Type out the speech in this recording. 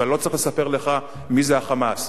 ואני לא צריך לספר לך מי זה ה"חמאס".